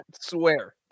swear